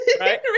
Right